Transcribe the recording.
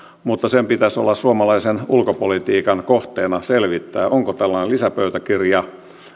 mutta pitäisi olla suomalaisen ulkopolitiikan kohteena selvittää onko siinä tällainen lisäpöytäkirja